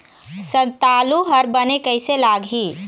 संतालु हर बने कैसे लागिही?